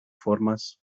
formas